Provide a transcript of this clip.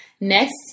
next